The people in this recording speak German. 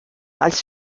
als